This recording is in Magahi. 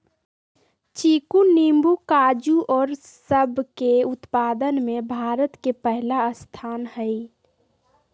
चीकू नींबू काजू और सब के उत्पादन में भारत के पहला स्थान हई